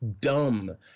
dumb